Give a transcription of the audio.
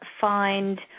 find